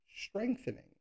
strengthening